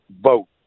vote